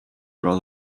rather